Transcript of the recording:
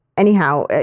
Anyhow